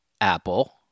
Apple